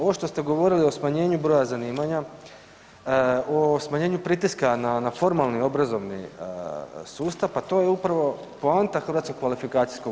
Ovo što ste govorili o smanjenju broja zanimanja o smanjenju pritiska na formalni obrazovni sustav, pa to je upravo poanta HKO-a.